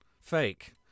fake